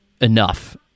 enough